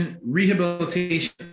rehabilitation